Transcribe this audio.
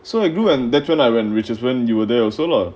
so I grew and that when I went which is when you were there also lah